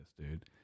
dude